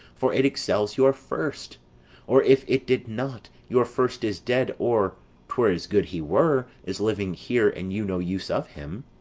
for it excels your first or if it did not, your first is dead or twere as good he were as living here and you no use of him.